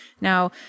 Now